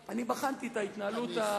היושב-ראש, בחנתי את ההתנהלות הכלכלית,